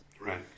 Right